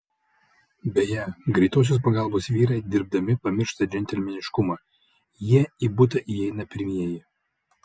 beje greitosios pagalbos vyrai dirbdami pamiršta džentelmeniškumą jie į butą įeina pirmieji